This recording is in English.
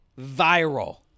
viral